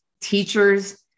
teachers